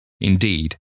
Indeed